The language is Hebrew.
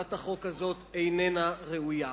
הצעת החוק הזאת איננה ראויה.